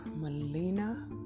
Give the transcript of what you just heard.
Melina